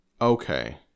Okay